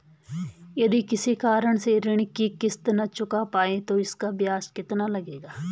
यदि किसी कारण से ऋण की किश्त न चुका पाये तो इसका ब्याज ज़्यादा लगेगा?